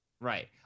Right